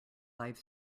live